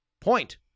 Point